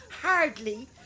Hardly